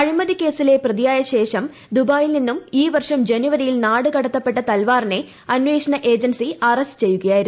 അഴിമതിക്കേസിലെ പ്രതിയായശേഷം ദുബായിയിൽ നിന്നും ഈ വർഷം ജനുവരിയിൽ നാടുകടത്തപ്പെട്ട തൽവാറിനെ അന്വേഷണ ഏജൻസി അറസ്റ്റ് ചെയ്യുകയായിരുന്നു